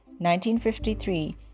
1953